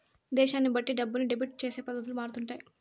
దేశాన్ని బట్టి డబ్బుని డెబిట్ చేసే పద్ధతులు మారుతుంటాయి